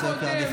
משהו.